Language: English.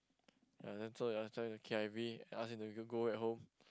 ya that's all they ask us to K_I_V ask them to go go back home